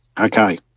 Okay